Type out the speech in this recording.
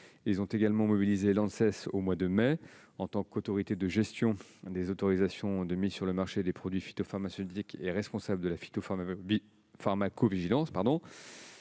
Ils ont également mobilisé l'Anses au mois de mai, en tant qu'autorité de gestion des autorisations de mise sur le marché des produits phytopharmaceutiques et responsable de la phytopharmacovigilance.